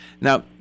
Now